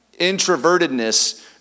introvertedness